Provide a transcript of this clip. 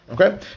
Okay